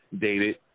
dated